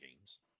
games